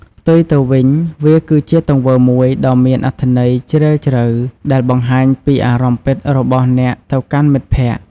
ផ្ទុយទៅវិញ វាគឺជាទង្វើមួយដ៏មានអត្ថន័យជ្រាលជ្រៅ ដែលបង្ហាញពីអារម្មណ៍ពិតរបស់អ្នកទៅកាន់មិត្តភក្តិ។